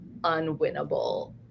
unwinnable